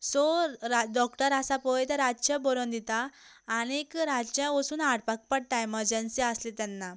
so रा doctor आसा पळय ते रातचे बरोवन दिता आनी रातचें वचून हाडपाक पडटा एमरजंसी आसली तेन्ना